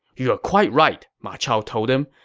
you're quite right, ma chao told him.